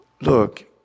look